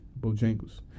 Bojangles